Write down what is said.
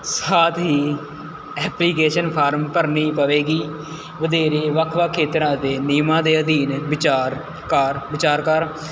ਸਾਥ ਹੀ application form ਭਰਨੀ ਪਵੇਗੀ ਵਧੇਰੇ ਵੱਖ ਵੱਖ ਖੇਤਰਾਂ ਅਤੇ ਨਿਯਮਾਂ ਦੇ ਅਧੀਨ ਵਿਚਾਰ ਕਾਰ ਵਿਚਾਰ ਕਾਰ